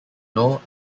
know